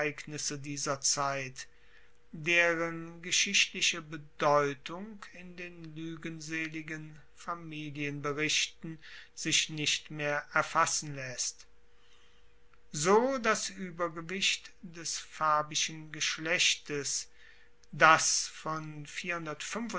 dieser zeit deren geschichtliche bedeutung in den luegenseligen familienberichten sich nicht mehr erfassen laesst so das uebergewicht des fabischen geschlechtes das von